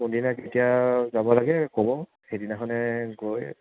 কোনদিনা কেতিয়া যাব লাগে ক'ব সেইদিনাখনে গৈ